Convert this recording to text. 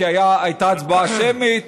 כי הייתה הצבעה שמית.